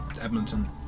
Edmonton